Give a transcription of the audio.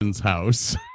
house